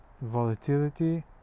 volatility